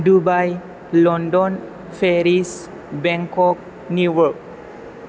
Dubai London Paris Bangkok New York